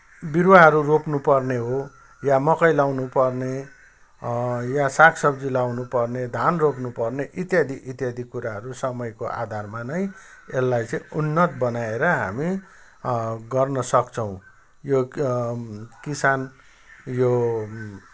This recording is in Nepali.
बिरुवाहरू रोप्नुपर्ने हो या मकै लगाउनुपर्ने या सागसब्जी लगाउनुपर्ने धान रोप्नुपर्ने इत्यादि इत्यादि कुराहरू समयको आधारमा नै यसलाई चाहिँ उन्नत बनाएर हामी गर्नसक्छौँ यो किसान यो